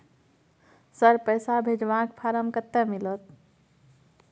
Sir, पैसा भेजबाक form कत्ते मिलत?